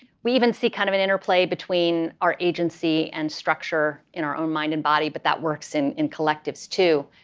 we even see kind of an interplay between our agency and structure in our own mind and body, but that works in in collectives too.